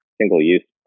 Single-use